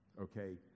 okay